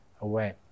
away